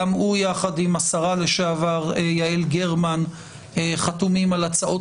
גם הוא יחד עם השרה לשעבר יעל גרמן חתומים על הצעות